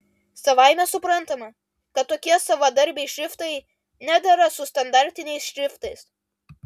savaime suprantama kad tokie savadarbiai šriftai nedera su standartiniais šriftais